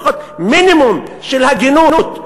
לפחות מינימום של הגינות.